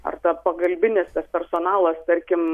ar ta pagalbinis tas personalas tarkim